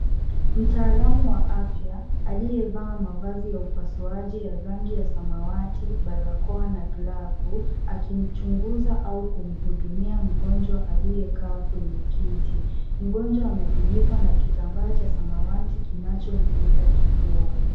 Mtaalamu wa afya aliyevaa mavazi ya upasuaji ya rangi ya samawati, barakoa na glavu akimchunguza au kumhudumia mgonjwa aliyekaa kwenye kiti, mgonjwa amefunikwa na kitambaa cha samawati kinachomlinda kifua.